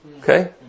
Okay